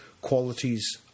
qualities